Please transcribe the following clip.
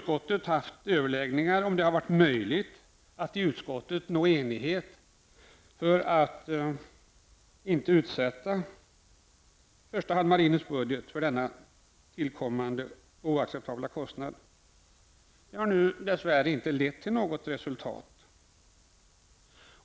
De överläggningar vi har haft i utskottet för att om möjligt nå enighet för att inte utsätta framför allt marinens budget för detta har inte lett till några lösningar.